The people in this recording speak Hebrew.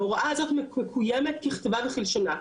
ההוראה הזאת מקוימת ככתבה וכלשונה.